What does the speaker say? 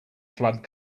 flood